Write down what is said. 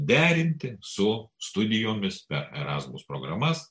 derinti su studijomis per erasmus programas